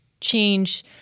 change